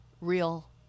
real